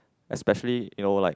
especially you know like